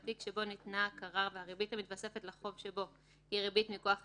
בתיק שבו ניתנה הכרה והריבית המתווספת לחוב שבו היא ריבית מכוח הסכם,